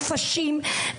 של נופשים,